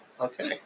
Okay